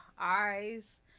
eyes